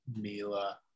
Mila